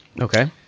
okay